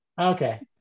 Okay